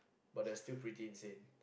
but they're still pretty insane